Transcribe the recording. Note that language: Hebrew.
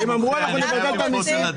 הם אמרו: נבטל את המיסים.